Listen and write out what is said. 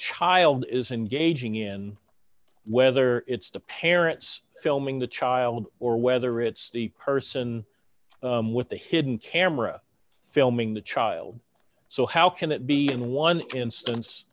child is engaging in whether it's the parents filming the child or whether it's the person with a hidden camera filming the child so how can it be in one instance